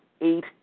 eight